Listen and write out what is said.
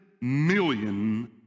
million